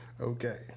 Okay